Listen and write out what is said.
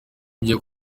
byo